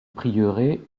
prieuré